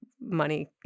money